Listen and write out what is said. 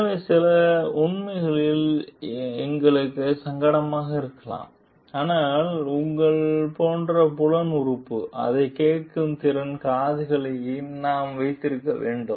எனவே சில உண்மைகளில் எங்களுக்கு சங்கடமாக இருக்கலாம் ஆனால் உங்கள் போன்ற புலன் உறுப்பு அதைக் கேட்க திறந்த காதுகளை நாம் வைத்திருக்க வேண்டும்